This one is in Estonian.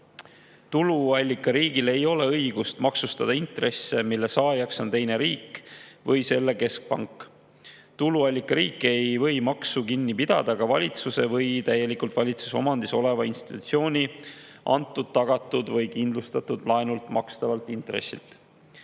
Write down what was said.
Tuluallikariigil ei ole õigust maksustada intresse, mille saajaks on teine riik või selle keskpank. Tuluallikariik ei või maksu kinni pidada ka valitsuse või täielikult valitsuse omandis oleva institutsiooni antud, tagatud või kindlustatud laenult makstavalt intressilt.